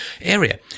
area